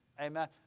amen